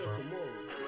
tomorrow